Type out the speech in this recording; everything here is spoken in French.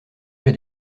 j’ai